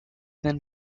then